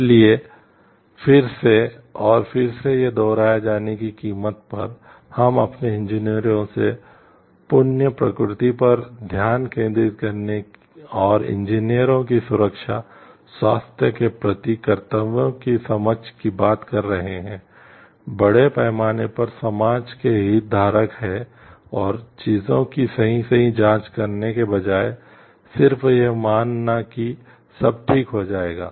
इसलिए फिर से और फिर से दोहराए जाने की कीमत पर हम अपने इंजीनियरों की सुरक्षा स्वास्थ्य के प्रति कर्तव्यों की समझ की बात कर रहे हैं बड़े पैमाने पर समाज के हितधारक हैं और चीजों की सही सही जाँच करने के बजाय सिर्फ यह मान ना कि सब ठीक हो जाएगा